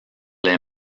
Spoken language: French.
les